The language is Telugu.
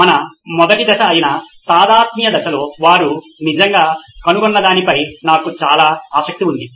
మన మొదటి దశ అయిన తాదాత్మ్య దశలో వారు నిజంగా కనుగొన్న దానిపై నాకు చాలా ఆసక్తి ఉంది